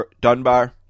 Dunbar